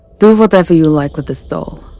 do whatever you like with this doll.